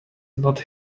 not